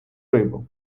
рибу